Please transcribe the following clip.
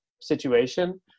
situation